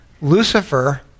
lucifer